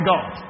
God